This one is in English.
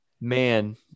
Man